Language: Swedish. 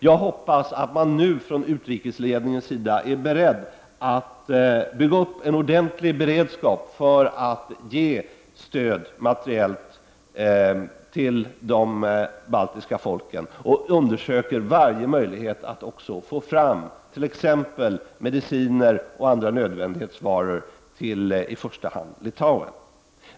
Jag hoppas att man nu från utrikesledningens sida är beredd att bygga upp en ordentlig beredskap för att ge materiellt stöd till de baltiska folken och undersöker varje möjlighet att också få fram t.ex. mediciner och andra nödvändighetsvaror till i första hand Litauen.